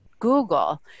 Google